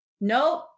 Nope